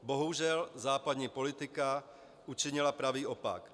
Bohužel, západní politika učinila pravý opak.